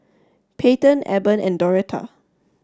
Payten Eben and Doretta